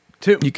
Two